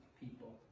people